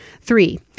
Three